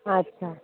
अच्छा